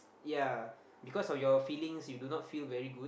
yea because of your feelings you do not feel very good